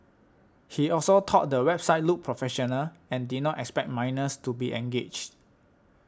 he also thought the website looked professional and did not expect minors to be engaged